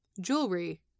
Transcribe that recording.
Jewelry